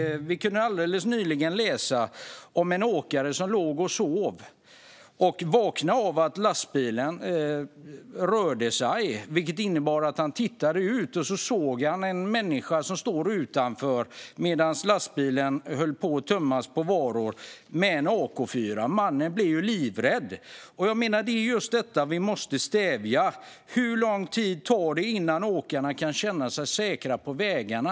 Vi kunde alldeles nyligen läsa om en åkare som låg och sov. Han vaknade av att lastbilen rörde sig, vilket innebar att han tittade ut. Han såg då en människa med en AK4 som stod utanför medan lastbilen höll på att tömmas på varor. Han blev ju livrädd. Det är just detta som vi måste stävja. Hur lång tid tar det innan åkarna kan känna sig säkra på vägarna?